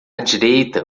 direita